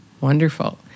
wonderful